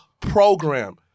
program